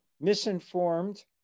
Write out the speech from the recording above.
misinformed